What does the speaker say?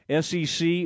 SEC